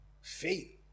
faith